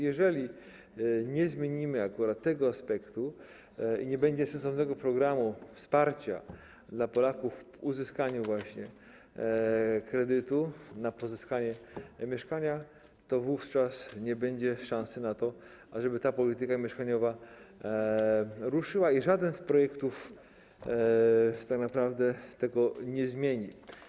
Jeżeli nie zmienimy akurat tego aspektu i nie będzie sensownego programu wsparcia dla Polaków w uzyskaniu kredytów właśnie na pozyskanie mieszkania, to wówczas nie będzie szansy na to, ażeby ta polityka mieszkaniowa ruszyła, i żaden z projektów tak naprawdę tego nie zmieni.